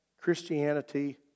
Christianity